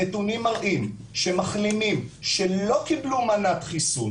הנתונים מראים שמחלימים שלא קיבלו מנת חיסון